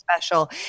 special